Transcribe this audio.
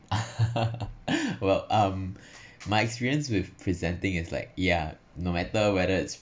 well um my experience with presenting is like ya no matter whether it's